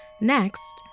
Next